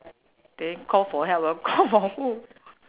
then call for help lor call for who